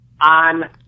on